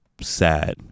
sad